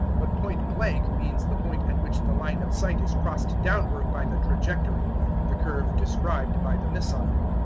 but point blank means the point at which the line of sight is crossed downward by the trajectory the curve described by the missile.